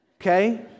okay